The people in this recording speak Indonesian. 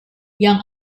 yang